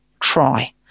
try